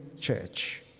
church